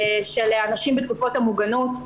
של נשים בתקופות המוגנות.